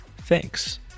Thanks